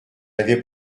avait